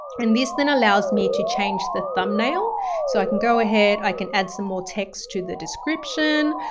and this then allows me to change the thumbnail so i can go ahead, i can add some more text to the description.